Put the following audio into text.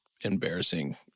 embarrassing